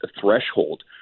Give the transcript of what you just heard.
threshold